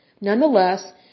Nonetheless